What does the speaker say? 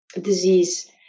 disease